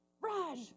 Raj